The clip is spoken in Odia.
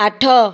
ଆଠ